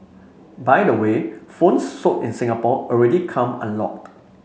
by the way phones sold in Singapore already come unlocked